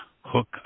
hook